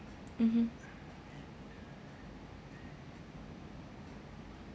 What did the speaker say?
mmhmm